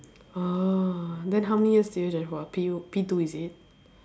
orh then how many years did you join for P P two is it